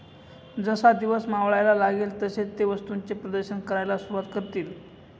जसा दिवस मावळायला लागेल तसे ते वस्तूंचे प्रदर्शन करायला सुरुवात करतील